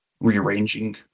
rearranging